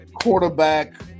quarterback